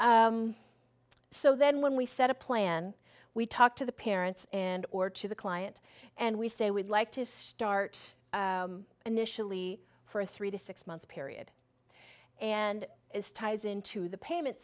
so then when we set a plan we talk to the parents and or to the client and we say we'd like to start initially for a three to six month period and its ties into the payment